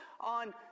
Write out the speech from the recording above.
on